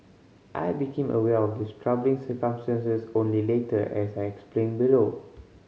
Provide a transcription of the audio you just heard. I became aware of these troubling circumstances only later as I explain below